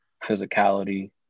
physicality